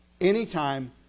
Anytime